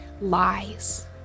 lies